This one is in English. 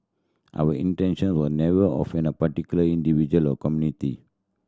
our intention were never offend a particular individual or community